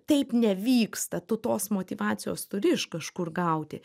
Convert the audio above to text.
taip nevyksta tu tos motyvacijos turi iš kažkur gauti